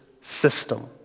system